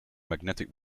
magnetic